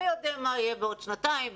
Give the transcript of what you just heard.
מי יודע מה יהיה בעוד שנתיים.